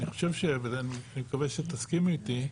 ואני מקווה שתסכימי איתי,